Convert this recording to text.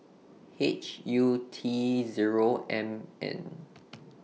H U T Zero M N